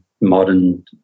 modern